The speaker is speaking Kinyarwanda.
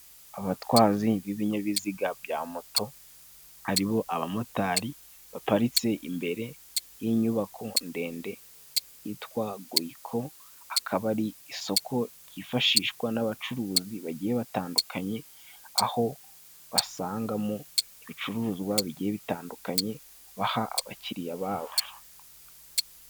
Abatwazi b'ibinyabiziga bya moto ari bo abamotari, baparitse imbere y'inyubako ndende yitwa Goyiko, akaba ari isoko ryifashishwa n'abacuruzi bagiye batandukanye, aho basanga mo ibicuruzwa bigiye bitandukanye baha abakiriya ba bo.